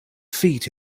feet